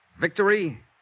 Victory